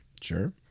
Sure